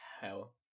Hell